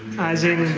as in